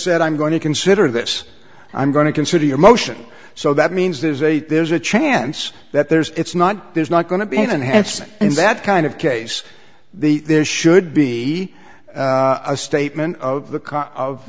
said i'm going to consider this i'm going to consider your motion so that means there's a there's a chance that there's it's not there's not going to be even hanson and that kind of case the this should be a statement of the